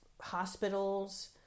hospitals